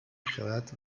خرد